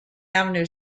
avenue